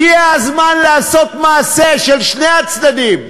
הגיע הזמן לעשות מעשה של שני הצדדים.